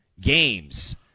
games